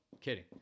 kidding